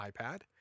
iPad